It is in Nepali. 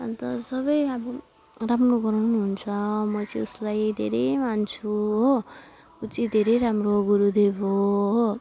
अन्त सबै आअब राम्रो गराउनुहुन्छ म चाहिँ उसलाई धेरै मान्छु हो ऊ चाहिँ धेरै राम्रो गुरुदेव हो हो